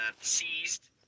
seized